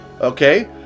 Okay